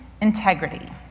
integrity